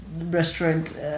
restaurant